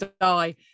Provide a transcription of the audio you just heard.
die